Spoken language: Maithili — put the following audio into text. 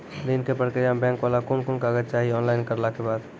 ऋण के प्रक्रिया मे बैंक वाला के कुन कुन कागज चाही, ऑनलाइन करला के बाद?